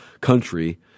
country